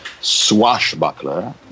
swashbuckler